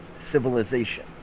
civilization